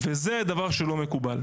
וזה הדבר שהוא לא מקובל.